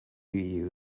you